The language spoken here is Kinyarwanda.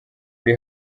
uri